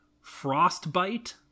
Frostbite